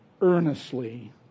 earnestly